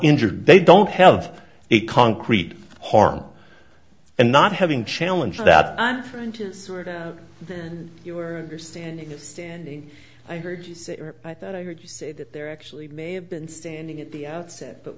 injured they don't have a concrete harm and not having challenge that i'm trying to sort out you are standing there standing i heard you say i thought i heard you say that there actually may have been standing at the outset but